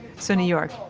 so new york,